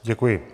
Děkuji.